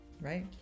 right